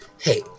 Hey